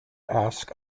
ask